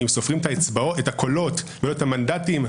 אם סופרים את הקולות ולא את המנדטים,